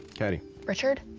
catty. richard?